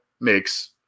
makes